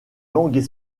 langues